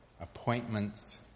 appointments